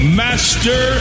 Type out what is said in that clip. master